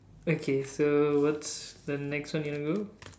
okay so what's the next one you want to go